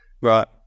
Right